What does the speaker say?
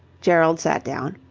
gerald sat down.